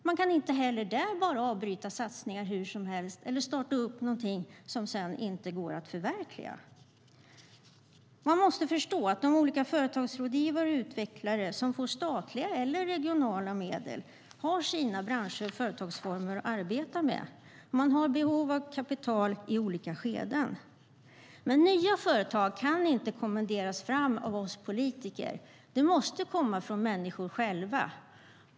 Man kan inte heller där bara avbryta satsningar hur som helst eller starta någonting som sedan inte går att förverkliga. Nya företag kan inte kommenderas fram av oss politiker. Det måste komma från människor själva.